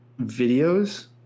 videos